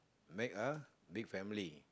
make a big family